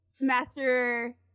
Master